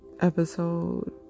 episode